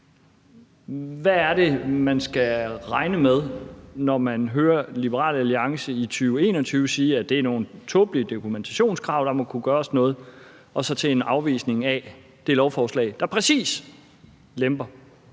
Hvad er det, man skal regne med, når man hører Liberal Alliance i 2021 sige, at det er nogle tåbelige dokumentationskrav, og at der må kunne gøres noget, men så komme med en afvisning af det lovforslag, der præcis lemper